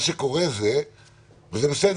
זה אבסורד